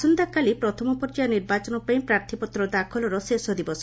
ଆସନ୍ତାକାଲି ପ୍ରଥମପର୍ଯ୍ୟାୟ ନିର୍ବାଚନ ପାଇଁ ପ୍ରାର୍ଥପତ୍ର ଦାଖଲର ଶେଷ ଦିବସ